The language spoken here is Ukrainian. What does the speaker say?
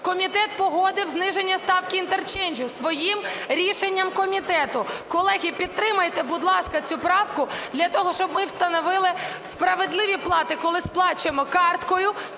Комітет погодив зниження ставки інтерчейнджу своїм рішенням комітету. Колеги, підтримайте, будь ласка, цю правку, для того щоб ми встановили справедливі плати, коли сплачуємо карткою,